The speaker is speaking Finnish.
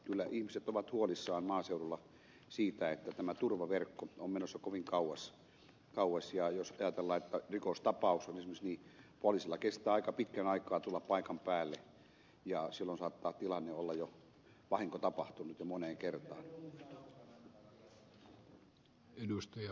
kyllä ihmiset ovat huolissaan maaseudulla siitä että tämä turvaverkko on menossa kovin kauas ja jos ajatellaan että rikostapauksessa esimerkiksi poliisilla kestää aika pitkän aikaa tulla paikan päälle niin silloin saattaa tilanne olla jo ohi ja vahinko tapahtunut jo moneen kertaan